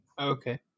Okay